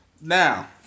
Now